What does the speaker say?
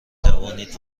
توانید